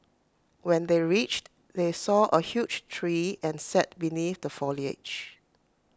when they reached they saw A huge tree and sat beneath the foliage